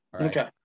Okay